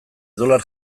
dolar